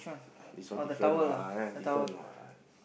this one different what different what